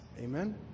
Amen